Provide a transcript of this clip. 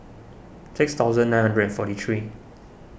six thousand nine hundred and forty three